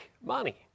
money